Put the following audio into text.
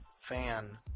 fan